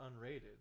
unrated